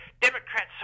Democrats